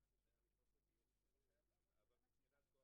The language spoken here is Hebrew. שמגיעה לאתר,